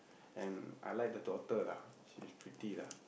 and I like the daughter lah she's pretty lah